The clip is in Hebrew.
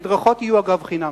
המדרכות יהיו, אגב, חינם.